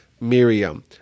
Miriam